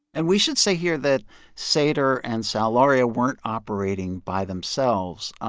and we should say here that sater and sal lauria weren't operating by themselves.